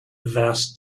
vast